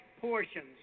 portions